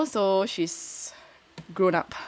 so she's grown up all grown up